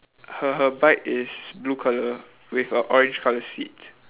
her her bike is blue colour with a orange colour seat